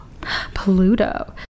pluto